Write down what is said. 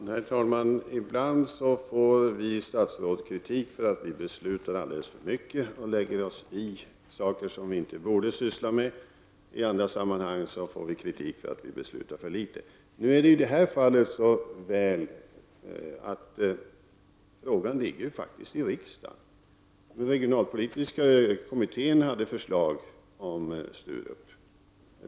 Herr talman! Ibland får vi statsråd kritik för att vi beslutar alldeles för mycket och lägger oss i saker som vi inte borde syssla med, i andra sammanhang får vi kritik för att vi beslutar för litet. I det här fallet ligger frågan faktiskt i riksdagen för behandling. Den regionalpolitiska kommittén hade förslag angående Sturup.